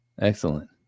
Excellent